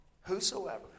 Whosoever